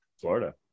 Florida